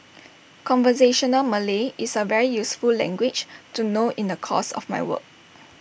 conversational Malay is A very useful language to know in the course of my work